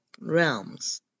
realms